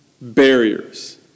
barriers